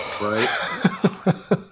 right